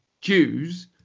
Jews